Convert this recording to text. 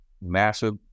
massive